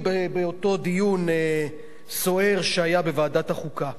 באותו דיון סוער שהיה בוועדת החוקה.